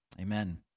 amen